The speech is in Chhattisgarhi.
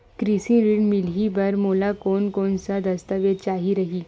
कृषि ऋण मिलही बर मोला कोन कोन स दस्तावेज चाही रही?